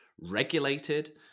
regulated